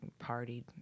partied